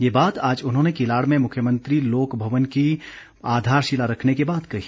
ये बात आज उन्होंने किलाड़ में मुख्यमंत्री लोक भवन की आधारशिला रखने के बाद कही